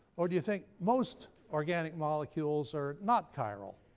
or do you think most organic molecules are not chiral?